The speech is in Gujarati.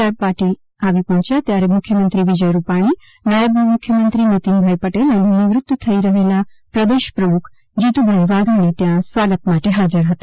આર પાટિલ પહોચ્યા ત્યારે મુખ્યમંત્રી વિજય રૂપાણી નાયબ મુખ્યમંત્રી નિતિનભાઈ પટેલ અને નિવૃત થઈ રહેલા પ્રદેશ પ્રમુખ જીતુભાઈ વાઘાણી ત્યાં સ્વાગત માટે હાજર હતા